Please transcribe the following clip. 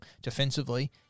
defensively